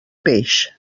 peix